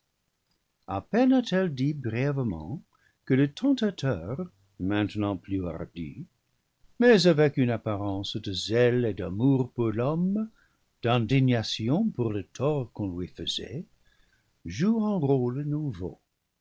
a peine a-t-elle dit brièvement que le tentateur maintenant plus hardi mais avec une apparence de zèle et d'amour pour l'homme d'indignation pour le tort qu'on lui faisait joue un rôle nouveau